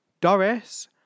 Doris